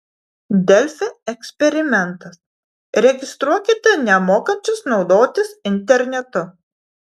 delfi eksperimentas registruokite nemokančius naudotis internetu